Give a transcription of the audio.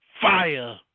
fire